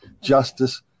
justice